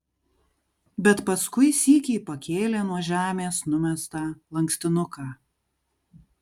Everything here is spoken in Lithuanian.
bet paskui sykį pakėlė nuo žemės numestą lankstinuką